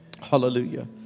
Hallelujah